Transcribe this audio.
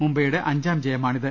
മുംബൈയുടെ അഞ്ചാം ജയമാണിത്